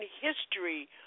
history